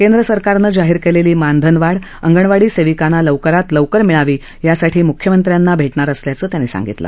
केंद्र सरकारनं जाहीर केलेली मानधन वाढ अंगणवाडी सेविकांना लवकरात लवकर मिळावी यासाठी मुख्यमंत्र्यांना भेटणार असल्याचं त्यांनी सांगितलं